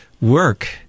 work